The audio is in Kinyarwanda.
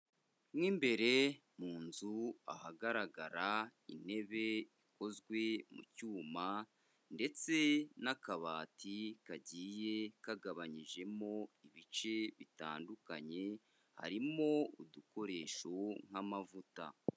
Mo imbere mu nzu ahagaragara intebe ikozwe mu cyuma ndetse n'akabati kagiye kagabanyijemo ibice bitandukanye, harimo udukoresho nk'amavuta.